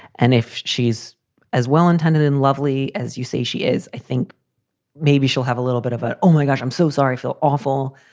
and if she's as well-intentioned and lovely as you say she is, i think maybe she'll have a little bit of a. oh, my gosh, i'm so sorry. i feel awful.